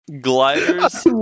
Gliders